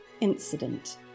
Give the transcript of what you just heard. incident